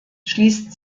schließt